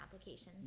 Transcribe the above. applications